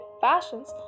fashions